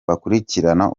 bakurikirana